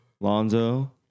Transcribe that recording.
Lonzo